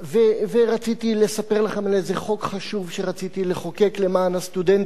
ורציתי לספר לכם על איזה חוק חשוב שרציתי לחוקק למען הסטודנטים